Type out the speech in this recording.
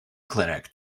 clinic